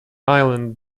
island